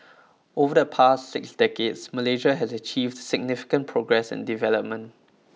over the past six decades Malaysia has achieved significant progress and development